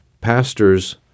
pastor's